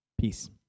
Peace